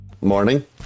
morning